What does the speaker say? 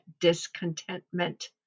discontentment